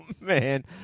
man